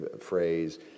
phrase